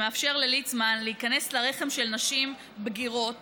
שמאפשר לליצמן להיכנס לרחם של נשים בגירות